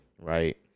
right